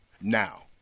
Now